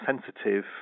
sensitive